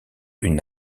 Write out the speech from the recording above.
une